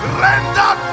render